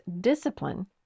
discipline